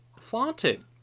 flaunted